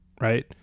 right